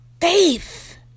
Faith